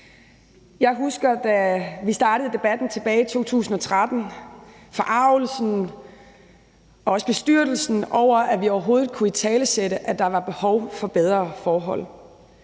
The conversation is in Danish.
Jeg husker, da vi startede debatten i 2013, forargelsen og også bestyrtelsen over, at vi overhovedet kunne italesætte, at der var behov for bedre forhold.